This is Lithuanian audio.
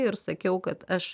ir sakiau kad aš